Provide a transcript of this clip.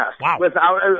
Wow